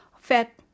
fat